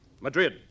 Madrid